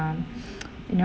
um ya